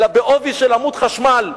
אלא בעובי של עמוד חשמל.